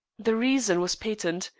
the reason was patent.